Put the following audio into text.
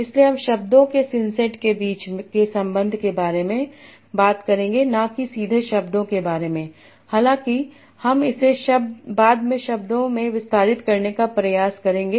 इसलिए हम शब्दों के सिसेट के बीच के संबंध के बारे में बात करेंगे ना कि सीधे शब्दों के बारे में हालांकि हम इसे बाद में शब्दों में विस्तारित करने का प्रयास करेंगे